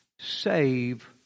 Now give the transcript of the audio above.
save